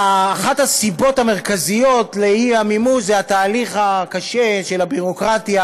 אחת הסיבות המרכזיות לאי-מימוש היא התהליך הקשה של הביורוקרטיה